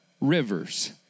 rivers